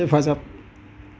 हेफाजाब